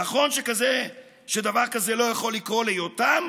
נכון שדבר כזה לא יכול לקרות ליותם?